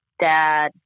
dad